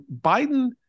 Biden